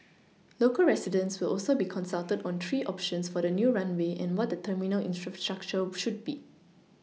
local residents will also be consulted on three options for the new runway and what the terminal infrastructure should be